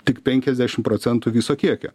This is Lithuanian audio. tik penkiasdešim procentų viso kiekio